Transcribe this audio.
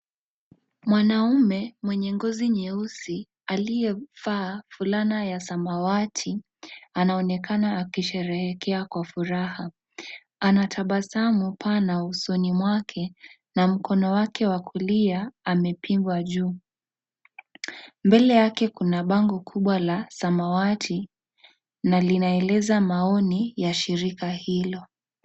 Mwanaume mwenye ngozi nyeusi aliyevaa fulana ya samawati anaonekana akisherehekea kwa furaha , anatabasamu paa na usoni mwake na mkono wake wa kulia amepiga juu. Mbele yake kuna bango kubwa la samawati na linaeleza maoni ya shirika hilo.